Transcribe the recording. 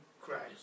Christ